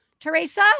Teresa